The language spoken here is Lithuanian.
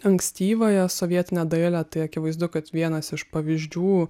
ankstyvąją sovietinę dailę tai akivaizdu kad vienas iš pavyzdžių